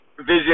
vision